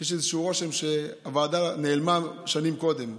כי יש איזשהו רושם שהוועדה נעלמה שנים קודם,